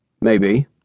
Maybe